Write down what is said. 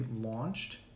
launched